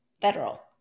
federal